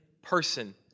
person